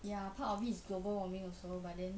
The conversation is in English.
ya part of it is global warming also but then